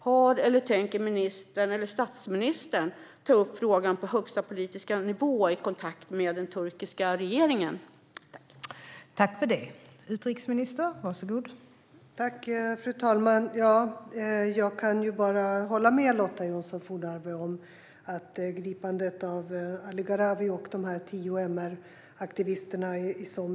Har ministern eller statsministern tagit upp frågan på högsta politiska nivå i kontakterna med den turkiska regeringen, eller finns det tankar på att göra det?